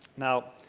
now,